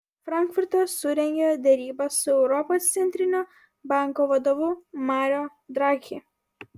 frankfurte surengė derybas su europos centrinio banko vadovu mario draghi